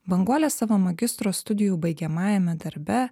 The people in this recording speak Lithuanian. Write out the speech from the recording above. banguolė savo magistro studijų baigiamajame darbe